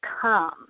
come